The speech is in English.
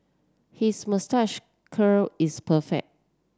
his moustache curl is perfect